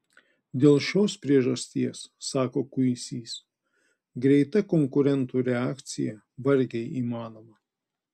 dėl šios priežasties sako kuisys greita konkurentų reakcija vargiai įmanoma